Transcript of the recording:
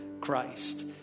Christ